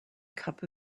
cup